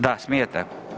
Da smijete.